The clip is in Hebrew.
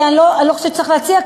אני לא חושבת שצריך להציע,